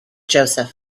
joseph